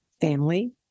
Family